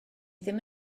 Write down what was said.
ddim